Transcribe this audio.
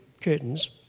curtains